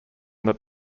that